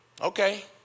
Okay